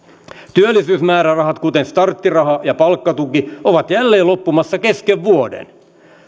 työllisyysmäärärahat kuten starttiraha ja palkkatuki ovat jälleen loppumassa kesken vuoden